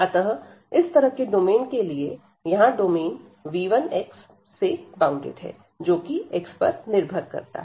अतः इस तरह के डोमेन के लिए यहां डोमेन v1 से बॉउंडेड है जो कि x पर निर्भर करता है